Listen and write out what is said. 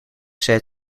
said